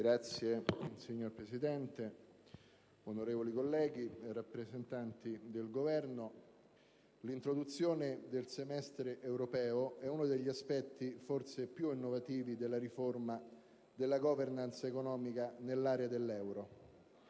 *(FLI)*. Signor Presidente, onorevoli colleghi, rappresentanti del Governo, l'introduzione del semestre europeo è uno degli aspetti forse più innovativi della riforma della *governance* economica nell'area dell'euro.